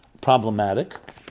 problematic